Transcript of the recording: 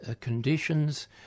conditions